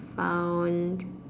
found